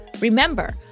Remember